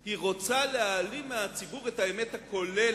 היא רוצה להעלים מהציבור את האמת הכוללת,